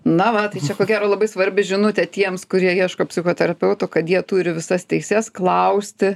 na va tai čia ko gero labai svarbi žinutė tiems kurie ieško psichoterapeuto kad jie turi visas teises klausti